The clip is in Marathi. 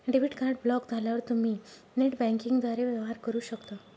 डेबिट कार्ड ब्लॉक झाल्यावर तुम्ही नेट बँकिंगद्वारे वेवहार करू शकता